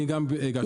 אני גם הגשתי בקשה.